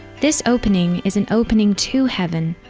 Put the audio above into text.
this opening is an opening to heaven,